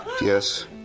Yes